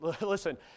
listen